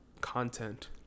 content